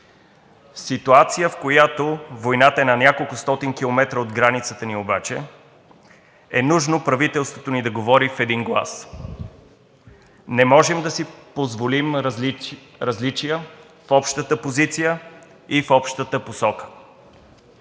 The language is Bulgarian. ситуацията, в която войната е на няколкостотин километра от границата ни, обаче е нужно правителството ни да говори в един глас. Не можем да си позволим различия в общата позиция и в общата посока.